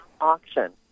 auction